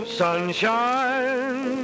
sunshine